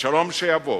והשלום שיבוא